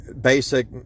basic